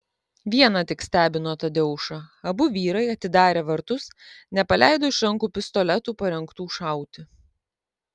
viena tik stebino tadeušą abu vyrai atidarę vartus nepaleido iš rankų pistoletų parengtų šauti